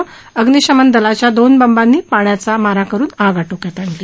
त्यानंतर अग्निशमन दलाच्या दोन बंबांनी पाण्याचा मारा करून आग आटोक्यात आणली